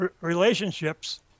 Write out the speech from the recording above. relationships